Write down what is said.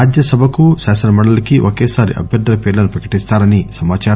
రాజ్య సభ కు శాసన మండలికి ఒకేసారి అభ్యర్గుల పేర్లను ప్రకటిస్తారని సమాచారం